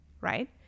Right